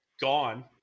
gone